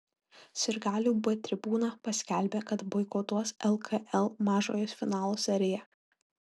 sirgalių b tribūna paskelbė kad boikotuos lkl mažojo finalo seriją